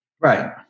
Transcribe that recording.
Right